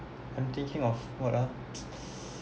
I thinking of what ah